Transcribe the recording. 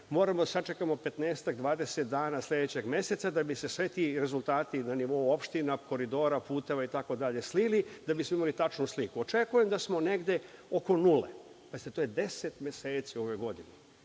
moramo da sačekamo nekih 15, 20 dana sledećeg meseca da bi se svi ti rezultati na nivou opština, koridora, puteva, itd, slili, da bismo imali tačnu sliku. Očekujem da smo negde oko nule, pazite to je 10 meseci u ovoj godini.